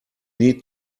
need